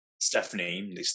Stephanie